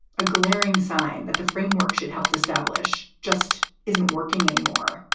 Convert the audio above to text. a glaring sign that the framework should help to establish just isn't working anymore.